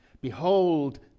Behold